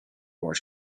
wars